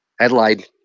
Adelaide